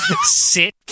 sit